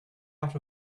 out